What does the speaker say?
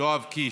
יואב קיש,